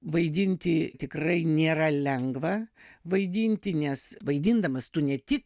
vaidinti tikrai nėra lengva vaidinti nes vaidindamas tu ne tik